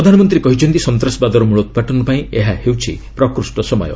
ପ୍ରଧାନମନ୍ତ୍ରୀ କହିଛନ୍ତି ସନ୍ତାସବାଦର ମୂଳୋତ୍ପାଟନ ପାଇଁ ଏହା ହେଉଛି ପ୍ରକୃଷ୍ଣ ସମୟ